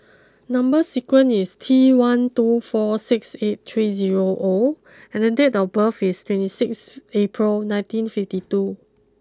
number sequence is T one two four six eight three zero O and date of birth is twenty six April nineteen fifty two